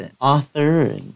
author